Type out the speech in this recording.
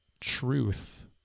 Truth